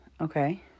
Okay